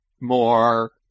more